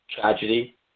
tragedy